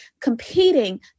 Competing